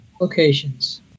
locations